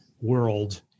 world